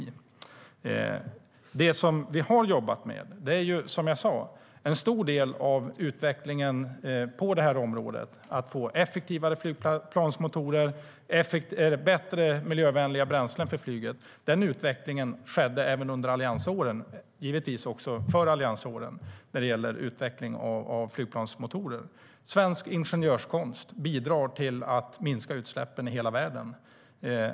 Det som vi har jobbat med är, som jag sa, en stor del av utvecklingen på detta område, nämligen att få effektivare flygplansmotorer och bättre och miljövänliga bränslen för flyget. Utvecklingen av flygplansmotorer skedde även under alliansåren och givetvis också före alliansåren. Svensk ingenjörskonst bidrar till att minska utsläppen i hela världen.